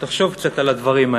תחשוב קצת על הדברים האלה.